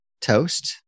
Toast